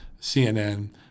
CNN